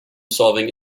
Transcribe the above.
solving